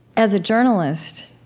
as a journalist,